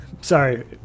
sorry